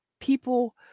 people